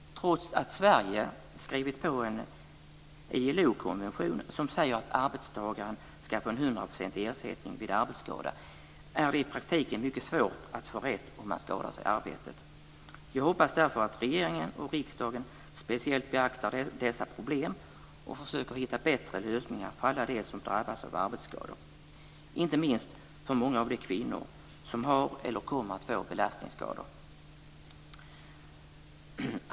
Trots att Sverige skrivit på en ILO-konvention som säger att arbetstagaren ska få en 100-procentig ersättning vid arbetsskada är det i praktiken mycket svårt att få rätt om man skadar sig i arbetet. Jag hoppas därför att regeringen och riksdagen speciellt beaktar dessa problem och försöker hitta bättre lösningar för alla de som drabbas av arbetsskador, inte minst för många av de kvinnor som har eller kommer att få belastningsskador.